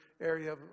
area